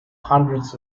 hundreds